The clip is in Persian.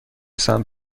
سنت